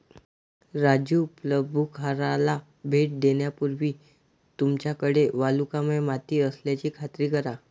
राजू प्लंबूखाराला भेट देण्यापूर्वी तुमच्याकडे वालुकामय माती असल्याची खात्री करा